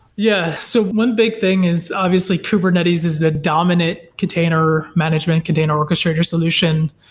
yeah. so one big thing is obviously kubernetes is the dominant container management, container orchestrator solution.